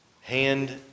Hand